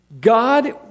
God